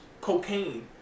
Cocaine